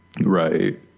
Right